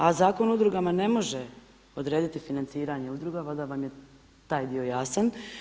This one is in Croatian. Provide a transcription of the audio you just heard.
A Zakon o udrugama ne može odrediti financiranje udruga, valjda vam je taj dio jasan.